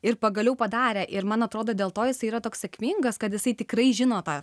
ir pagaliau padarė ir man atrodo dėl to jisai yra toks sėkmingas kad jisai tikrai žino tą